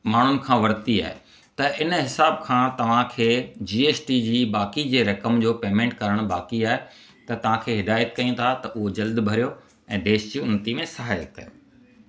माण्हूनि खां वरिती आहे त इन हिसाब खां तव्हांखे जी एस टी बाक़ी जी रक़म जो पेमेंट करण बाक़ी आहे त तव्हांखे हिदाइतु कयूं था त हूं जल्द भरियो ऐं देश जी उन्नती में सहाए कयो